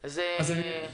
זו הקריאה שלי,